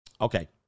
Okay